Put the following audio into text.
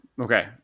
Okay